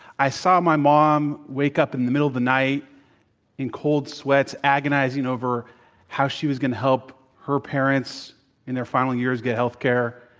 i saw my mom wake up in the middle of the night in cold sweats, agonizing over how she was going to help her parents in their final years get healthcare,